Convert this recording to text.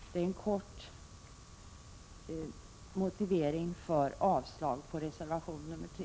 Detta var en kort motivering för avslag på reservation 3.